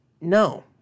No